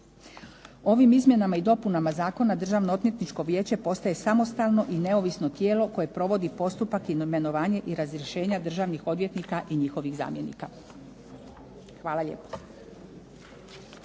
Ovim izmjenama i dopunama zakona Državno odvjetničko vijeće postaje samostalno i neovisno tijelo koje provodi postupak, imenovanje i razrješenja državnih odvjetnika i njihovih zamjenika. Hvala lijepo.